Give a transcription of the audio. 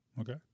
Okay